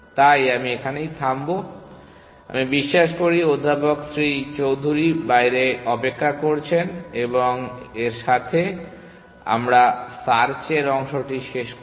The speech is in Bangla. তাই আমি এখানেই থামব আমি বিশ্বাস করি অধ্যাপক শ্রী চৌধুরী বাইরে অপেক্ষা করছেন এবং এর সাথে আমরা সার্চের অংশটি শেষ করব